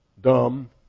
dumb